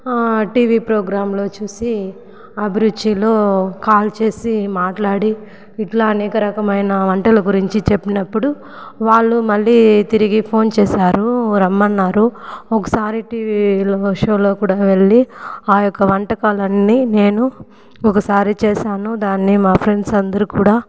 TV ప్రోగ్రాంలో చూసి అభిరుచిలో కాల్ చేసి మాట్లాడి ఇట్లా అనేక రకమైన వంటల గురించి చెప్పినప్పుడు వాళ్ళు మళ్ళీ తిరిగి ఫోన్ చేశారు రమ్మన్నారు ఒకసారి టీవిలో షోలో కూడా వెళ్ళి ఆ యొక్క వంటకాలన్నీ నేను ఒకసారి చేశాను దాన్ని మా ఫ్రెండ్స్ అందరు కూడా